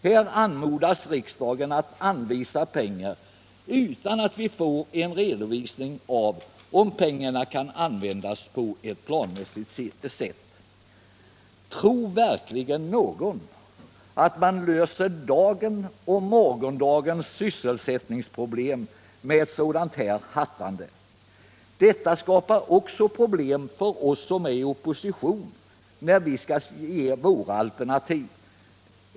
Här anmodas riksdagen anvisa pengar utan att vi får en redovisning för om de kan användas på ett planmässigt sätt. Tror verkligen någon att man löser dagens och morgondagens sysselsättningsproblem med ett sådant hattande? Detta skapar också problem för oss som är i opposition, när vi skall ge våra alternativ.